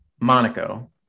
Monaco